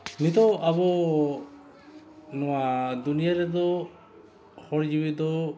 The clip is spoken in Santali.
ᱱᱤᱛᱚᱜ ᱟᱵᱚ ᱱᱚᱣᱟ ᱫᱩᱱᱤᱭᱟᱹ ᱨᱮᱫᱚ ᱦᱚᱲ ᱡᱤᱣᱤ ᱫᱚ